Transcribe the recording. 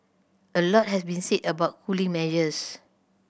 a lot has been said about cooling measures